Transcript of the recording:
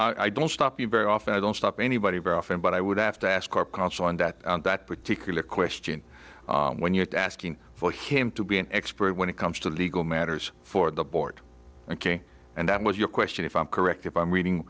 and i don't stop you very often i don't stop anybody very often but i would have to ask or counsel on that that particular question when you're asking for him to be an expert when it comes to legal matters for the board ok and that was your question if i'm correct if i'm reading